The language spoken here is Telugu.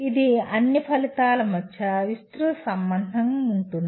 ఇది అన్ని ఫలితాల మధ్య విస్తృత సంబంధం ఉంటుంది